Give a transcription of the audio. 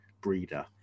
Breeder